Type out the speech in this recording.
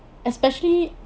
especially